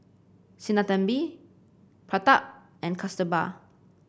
Sinnathamby Pratap and Kasturba